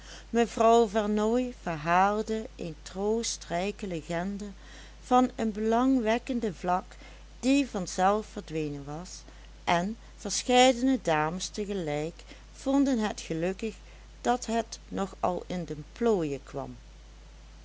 mevrouw vernooy verhaalde een troostrijke legende van een belangwekkende vlak die vanzelf verdwenen was en verscheidene dames tegelijk vonden het gelukkig dat het nog al in de plooien kwam